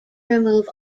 remove